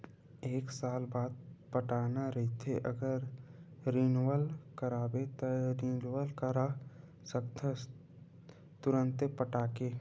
एक साल बाद पटाना रहिथे अगर रिनवल कराबे त रिनवल करा सकथस तुंरते पटाके